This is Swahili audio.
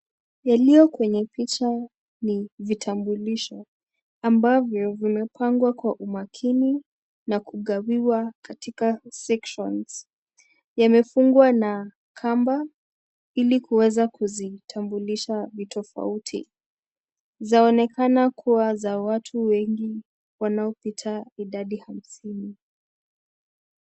Yaliyo kwenye picha ni vitambulisho ambavyo vimepangwa kwa umakini na kugawiwa katika sections . Yamefungwa na kamba, ili kuweza kuzitambulisha vitofauti. Zaonekana kuwa za watu wengi wanaopita idadi hamsini.